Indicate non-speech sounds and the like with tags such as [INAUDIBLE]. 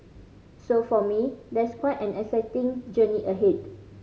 so for me there's quite an exciting journey [UNINTELLIGIBLE]